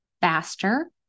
faster